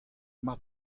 mat